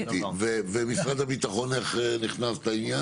ומשרד הביטחון איך נכנס לעניין?